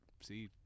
see